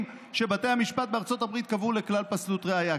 שבתי המשפט בארצות הברית קבעו לכלל פסלות ראיה.